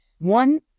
One